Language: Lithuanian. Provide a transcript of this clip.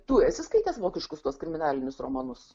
tu esi skaitęs vokiškus tuos kriminalinius romanus